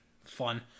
fun